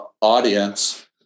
audience